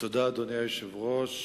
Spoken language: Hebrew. אדוני היושב-ראש,